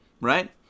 right